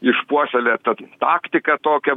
išpuoselėta taktika tokia